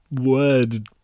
word